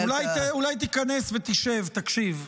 אולי תיכנס ותשב, תקשיב.